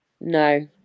No